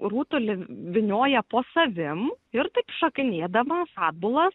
rutulį vynioja po savim ir šokinėdamas atbulas